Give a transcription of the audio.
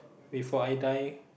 before I die